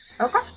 Okay